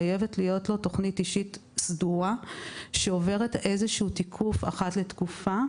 חייבת להיות לו תוכנית אישית סדורה שעוברת תיקוף אחת לתקופה.